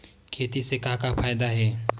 खेती से का का फ़ायदा हे?